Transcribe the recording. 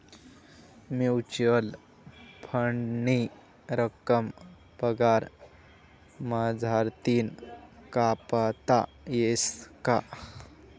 Mutual फंडनी रक्कम पगार मझारतीन कापता येस का?